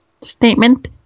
statement